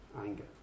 anger